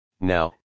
Now